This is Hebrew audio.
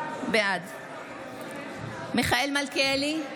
בעד מיכאל מלכיאלי,